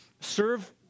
serve